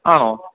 ആണോ